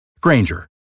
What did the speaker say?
Granger